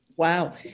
Wow